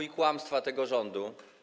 i kłamstwa tego rządu.